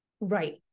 Right